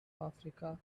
africa